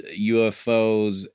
UFOs